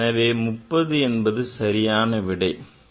எனவே 30 என்பது சரியான விடை ஆகும்